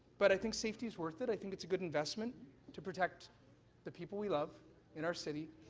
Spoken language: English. but i think safety is worth it, i think it's a good investment to protect the people we love in our city,